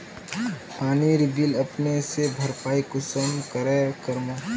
पानीर बिल अपने से भरपाई कुंसम करे करूम?